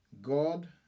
God